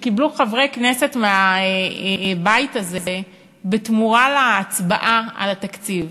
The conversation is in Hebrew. שקיבלו חברי כנסת מהבית הזה בתמורה להצבעה על התקציב.